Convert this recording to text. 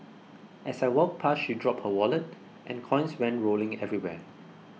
as I walked past she dropped her wallet and coins went rolling everywhere